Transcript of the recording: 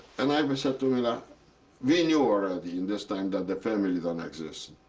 and i would say to mila we knew already in this time that the family don't exist.